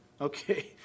okay